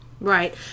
Right